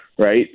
Right